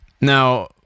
Now